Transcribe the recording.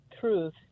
truth